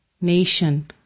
nation